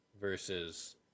versus